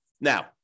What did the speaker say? Now